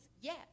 yes